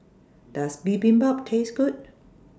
Does Bibimbap Taste Good